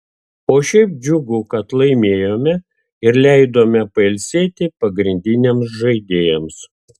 o šiaip džiugu kad laimėjome ir leidome pailsėti pagrindiniams žaidėjams